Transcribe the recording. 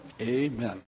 amen